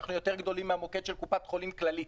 אנחנו יותר גדולים מהמוקד של קופת חולים כללית.